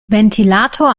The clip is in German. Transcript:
ventilator